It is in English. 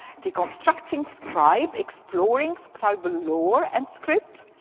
deconstructing scribe, exploring scribal lore and script,